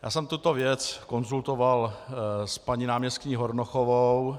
Já jsem tuto věc konzultoval s paní náměstkyní Hornochovou.